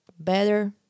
better